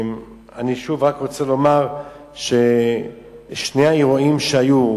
אני רק רוצה לומר ששני האירועים שהיו,